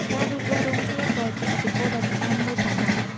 ការលូតលាស់រួមគ្នាក៏ជាឥទ្ធិពលដ៏សំខាន់មួយផងដែរ។